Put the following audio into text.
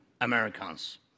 Americans